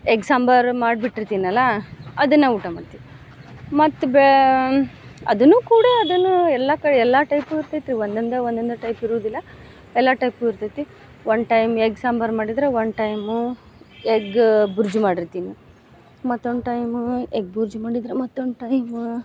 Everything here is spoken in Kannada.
ಎಗ್ ಸಾಂಬರ್ ಮಾಡ್ಬಿಟ್ಟಿರ್ತಿನಲ್ಲಾ ಅದನ್ನ ಊಟ ಮಾಡ್ತೀವಿ ಮತ್ತು ಬೇ ಅದನ್ನು ಕೂಡ ಅದನ್ನ ಎಲ್ಲಾ ಕಡಿ ಎಲ್ಲಾ ಟೈಪು ಇರ್ತೈತ್ರಿ ಒನ್ನೊಂದು ಒನ್ನೊಂದು ಟೈಪ್ ಇರುದಿಲ್ಲ ಎಲ್ಲಾ ಟೈಪು ಇರ್ತೈತ್ರಿ ಒನ್ ಟೈಮ್ ಎಗ್ ಸಾಂಬರ್ ಮಾಡಿದ್ರೆ ಒನ್ ಟೈಮು ಎಗ್ಗ ಬುಡ್ಜಿ ಮಾಡಿರ್ತೀನಿ ಮತ್ತೊಂದು ಟೈಮಿಗಿ ಎಗ್ ಬುಡ್ಜಿ ಮಾಡಿದ್ರೆ ಮತ್ತೊಂದು ಟೈಮ